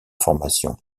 formations